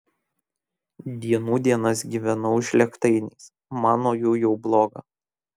dienų dienas gyvenau žlėgtainiais man nuo jų jau bloga